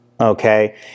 okay